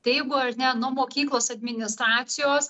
tai jeigu ar ne nuo mokyklos administracijos